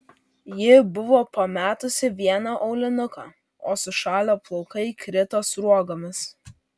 ji buvo pametusi vieną aulinuką o sušalę plaukai krito sruogomis